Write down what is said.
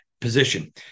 position